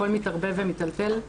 הכול מתערבב ומיטלטל.